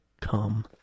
Come